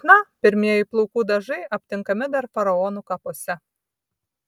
chna pirmieji plaukų dažai aptinkami dar faraonų kapuose